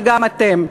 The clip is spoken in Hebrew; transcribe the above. וגם אתם.